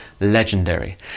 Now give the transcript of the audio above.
legendary